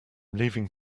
leaving